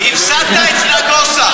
הפסדת את נגוסה.